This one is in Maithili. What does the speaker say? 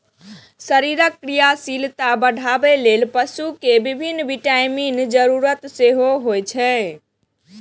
शरीरक क्रियाशीलता बढ़ाबै लेल पशु कें विभिन्न विटामिनक जरूरत सेहो होइ छै